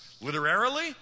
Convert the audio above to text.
literarily